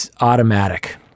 automatic